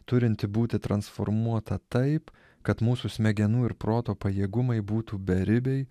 turinti būti transformuota taip kad mūsų smegenų ir proto pajėgumai būtų beribiai